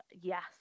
Yes